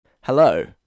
Hello